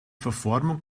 verformung